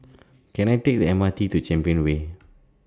Can I Take The M R T to Champion Way